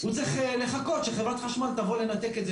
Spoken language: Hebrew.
הוא צריך לחכות שחברת חשמל תבוא לנתק את זה